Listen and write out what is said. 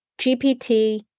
GPT